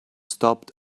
stopped